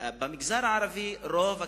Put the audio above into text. במגזר הערבי רוב הכפרים,